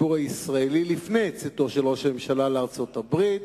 בפני הציבור הישראלי לפני צאתו של ראש הממשלה לארצות-הברית.